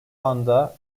anda